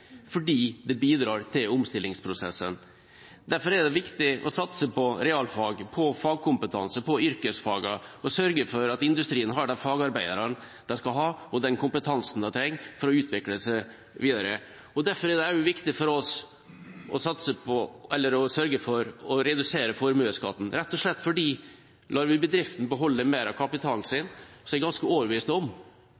fordi det bidrar til omstillingsprosessen. Derfor er det viktig å satse på realfag, på fagkompetanse, på yrkesfagene og sørge for at industrien har de fagarbeiderne de skal ha, og den kompetansen de trenger, for å utvikle seg videre. Derfor er det også viktig for oss å sørge for å redusere formuesskatten, rett og slett fordi hvis vi lar bedriftene beholde mer av kapitalen sin,